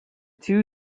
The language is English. two